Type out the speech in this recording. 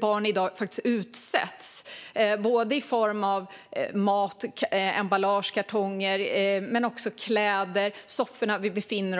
Barn utsätts i dag för hormonstörande ämnen i mat, emballage, kartonger, kläder, soffor